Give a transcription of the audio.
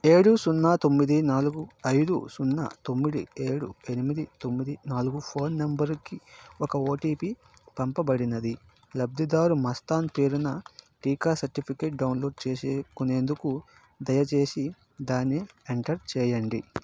ఏడు సున్నా తొమ్మిది నాలుగు ఐదు సున్నా తొమ్మిది ఏడు ఎనిమిది తొమ్మిది నాలుగు ఫోన్ నంబరుకి ఒక ఓటీపీ పంపబడినది లబ్ధిదారు మస్తాన్ పేరున టీకా సర్టిఫికేట్ డౌన్లోడ్ చేసుకునేందుకు దయచేసి దాన్ని ఎంటర్ చేయండి